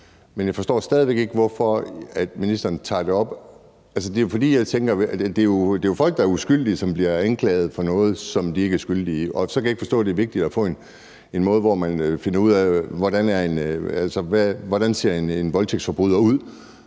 Men jeg forstår stadig væk ikke, hvorfor ministeren tager det op. Det er jo folk, der er uskyldige, men som bliver anklaget for noget, som de ikke er skyldige i. Så jeg kan ikke forstå, at det er vigtigt at få en måde til at finde ud af, hvordan en voldtægtsforbryder ser